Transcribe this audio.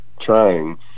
trying